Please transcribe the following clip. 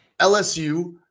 LSU